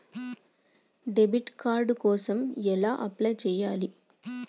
Debit card కోసం ఎలా apply చేయాలి?